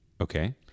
Okay